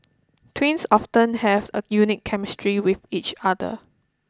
twins often have a unique chemistry with each other